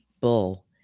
bull